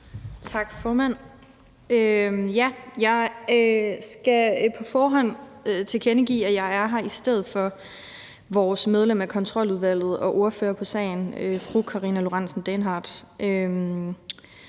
Tak, formand. Jeg skal på forhånd tilkendegive, at jeg er her i stedet for vores medlem af Kontroludvalget og ordfører på sagen fru Karina Lorentzen Dehnhardt.